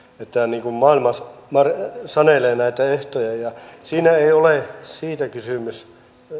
niin kuin sanelee näitä ehtoja siinä ei ole kysymys